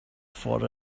for